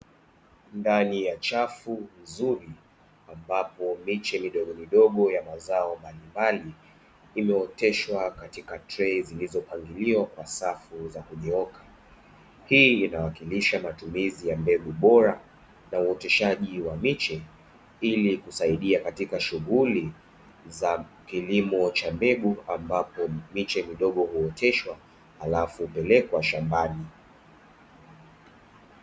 Ndani ya chafu nzuri, ambapo miche midogomidogo ya mazao mbalimbali imeoteshwa katika trei zilizopangiliwa kwa safu za kunyooka. Hii inawakilisha matumizi ya mbegu bora na uoteshaji wa miche ili kusaidia katika shughuli za kilimo cha mbegu, ambapo miche midogo huoteshwa halafu hupelekwa shambani.